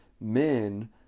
men